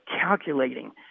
calculating